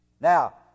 Now